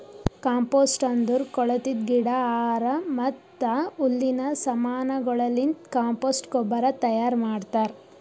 compost ಅಂದುರ್ ಕೊಳತಿದ್ ಗಿಡ, ಆಹಾರ ಮತ್ತ ಹುಲ್ಲಿನ ಸಮಾನಗೊಳಲಿಂತ್ ಕಾಂಪೋಸ್ಟ್ ಗೊಬ್ಬರ ತೈಯಾರ್ ಮಾಡ್ತಾರ್